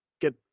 get